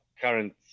current